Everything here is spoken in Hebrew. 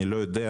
אני לא יודע,